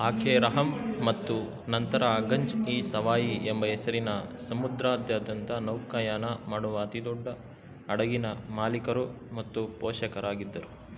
ಆಕೆ ರಹಮ್ ಮತ್ತು ನಂತರ ಗಂಜ್ ಇಸವಾಯಿ ಎಂಬ ಹೆಸರಿನ ಸಮುದ್ರದಾದ್ಯಂತ ನೌಕಾಯಾನ ಮಾಡುವ ಅತಿದೊಡ್ಡ ಹಡಗಿನ ಮಾಲೀಕರು ಮತ್ತು ಪೋಷಕರಾಗಿದ್ದರು